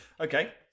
Okay